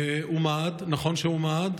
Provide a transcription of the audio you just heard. נכון שהוא מעד,